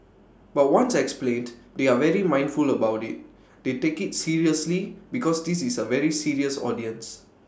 but once explained they are very mindful about IT they take IT seriously because this is A very serious audience